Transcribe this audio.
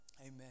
Amen